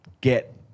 get